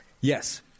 Yes